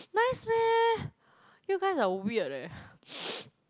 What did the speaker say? nice meh you guys are weird leh